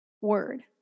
word